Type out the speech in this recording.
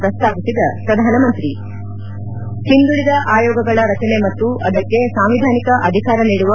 ಪ್ರಸ್ತಾಪಿಸಿದ ಪ್ರಧಾನಮಂತ್ರಿ ಹಿಂದುಳಿದ ಆಯೋಗಗಳ ರಚನೆ ಮತ್ತು ಅದಕ್ಕೆ ಸಾಂವಿಧಾನಿಕ ಅಧಿಕಾರ ನೀಡುವ